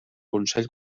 consell